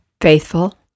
Faithful